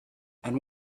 and